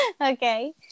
Okay